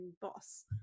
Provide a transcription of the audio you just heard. boss